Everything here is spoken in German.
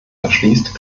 verschließt